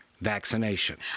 vaccination